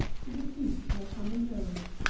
to be teased by tom and gerald.